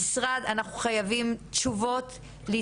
אנחנו פשוט חייבים תשובות על מנת שנוכל